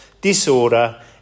disorder